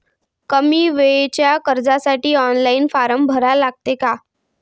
कमी वेळेच्या कर्जासाठी ऑनलाईन फारम भरा लागते का?